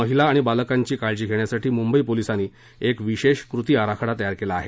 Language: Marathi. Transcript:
महिला आणि बालकांची काळजी घेण्यासाठी मुंबई पोलिसांनी एक विशेष कृती आराखडा तयार केला आहे